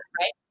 right